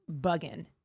bugging